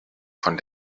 von